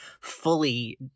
fully